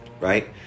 Right